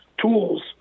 tools